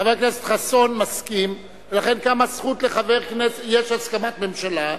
חבר הכנסת חסון מסכים, יש הסכמת הממשלה,